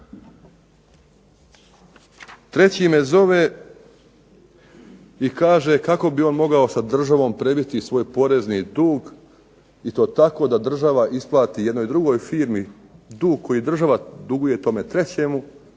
Treći me zove i kaže kako bi on mogao sa državom prebiti svoj porezni dug i to tako da država isplati jednoj drugoj firmi dug koji država duguje tomu trećemu,